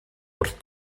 wrth